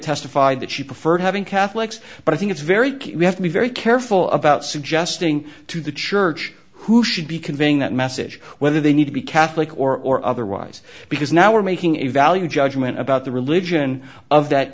testified that she preferred having catholics but i think it's very we have to be very careful about suggesting to the church who should be conveying that message whether they need to be catholic or otherwise because now we're making a value judgment about the religion of that